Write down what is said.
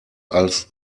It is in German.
als